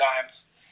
times